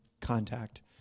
contact